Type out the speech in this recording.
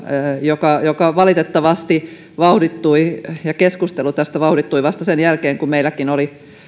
joka joka valitettavasti vauhdittui ja josta keskustelu vauhdittui vasta sen jälkeen kun meilläkin oli jo